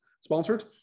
sponsored